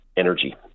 Energy